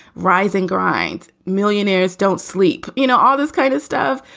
rising grinds. millionaires don't sleep. you know, all this kind of stuff.